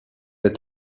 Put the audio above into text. est